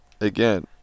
Again